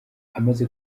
amaze